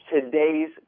today's